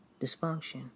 dysfunction